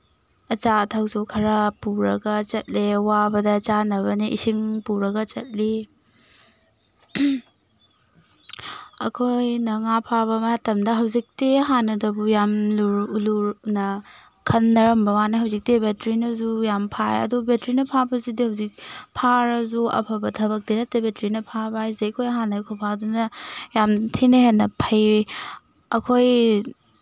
ꯑꯆꯥ ꯑꯊꯛꯁꯨ ꯈꯔ ꯄꯨꯔꯒ ꯆꯠꯂꯦ ꯋꯥꯕꯗ ꯆꯥꯅꯕꯅꯦ ꯏꯁꯤꯡ ꯄꯨꯔꯒ ꯆꯠꯂꯤ ꯑꯩꯈꯣꯏꯅ ꯉꯥ ꯐꯥꯕ ꯃꯇꯝꯗ ꯍꯧꯖꯤꯛꯇꯤ ꯍꯥꯟꯅꯗꯕꯨ ꯌꯥꯝ ꯂꯨꯅ ꯈꯟꯅꯔꯝꯕ ꯋꯥꯅꯦ ꯍꯧꯖꯤꯛꯇꯤ ꯕꯦꯇ꯭ꯔꯤꯅꯁꯨ ꯌꯥꯝ ꯐꯥꯔꯦ ꯑꯗꯣ ꯕꯦꯇ꯭ꯔꯤꯅ ꯐꯥꯕꯁꯤꯗꯤ ꯍꯧꯖꯤꯛ ꯐꯥꯔꯁꯨ ꯑꯐꯕ ꯊꯕꯛꯇꯤ ꯅꯠꯇꯦ ꯕꯦꯇ꯭ꯔꯤꯅ ꯐꯥꯕ ꯍꯥꯏꯁꯦ ꯑꯩꯈꯣꯏ ꯍꯥꯟꯅꯩ ꯈꯨꯐꯥꯗꯨꯅ ꯌꯥꯝ ꯊꯤꯅ ꯍꯦꯟꯅ ꯐꯩ ꯑꯩꯈꯣꯏ